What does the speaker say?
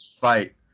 fight